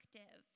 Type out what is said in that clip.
active